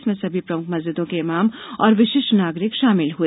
इसमें सभी प्रमुख मस्जिदों के ईमाम और विशिष्ट नागरिक शामिल हुए